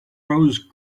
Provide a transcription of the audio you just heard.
rose